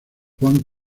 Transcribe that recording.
juan